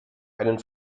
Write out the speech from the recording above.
einen